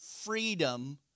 freedom